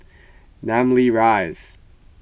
Namly Rise